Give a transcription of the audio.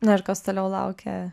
na ir kas toliau laukia